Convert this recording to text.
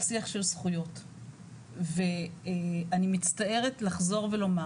ה- 37 רשויות זה לכלל התלמידים, זה לא קשור לזה.